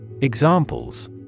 Examples